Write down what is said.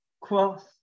cross